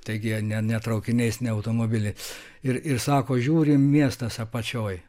taigi ne ne traukiniais ne automobiliais ir ir sako žiūrim miestas apačioj